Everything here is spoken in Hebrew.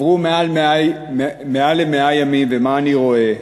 עברו יותר מ-100 ימים, ומה אני רואה?